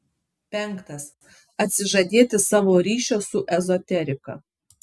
penktas atsižadėti savo ryšio su ezoterika